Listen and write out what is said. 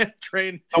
train